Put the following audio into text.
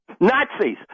Nazis